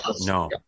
No